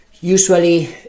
Usually